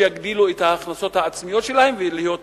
שיגדילו את ההכנסות העצמיות שלהן ויהיו מאוזנות.